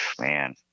man